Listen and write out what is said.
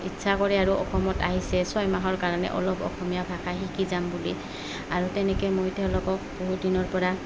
ইচ্ছা কৰে আৰু অসমত আহিছে ছয় মাহৰ কাৰণে অলপ অসমীয়া ভাষা শিকি যাম বুলি আৰু তেনেকৈ মই তেওঁলোকক বহু দিনৰ পৰা